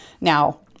Now